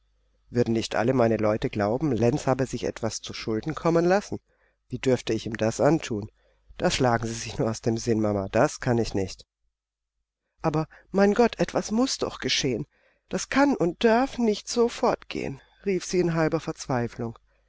würden nicht alle meine leute glauben lenz habe sich etwas zu schulden kommen lassen wie dürfte ich ihm das anthun das schlagen sie sich nur aus dem sinn mama das kann ich nicht aber mein gott etwas muß doch geschehen das kann und darf nicht so fortgehen rief sie in halber verzweiflung